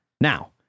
now